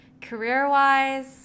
career-wise